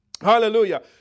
Hallelujah